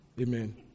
Amen